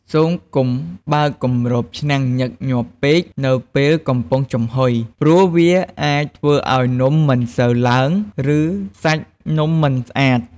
សូមកុំបើកគម្របឆ្នាំងញឹកញាប់ពេកនៅពេលកំពុងចំហុយ ព្រោះវាអាចធ្វើឱ្យនំមិនសូវឡើង ឬសាច់នំមិនស្អាត។